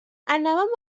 anàvem